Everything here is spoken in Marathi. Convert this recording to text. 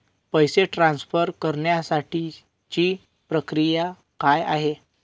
पैसे ट्रान्सफर करण्यासाठीची प्रक्रिया काय आहे?